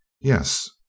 Yes